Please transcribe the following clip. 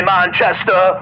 Manchester